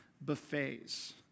buffets